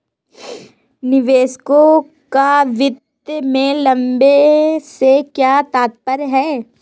निवेशकों का वित्त में लंबे से क्या तात्पर्य है?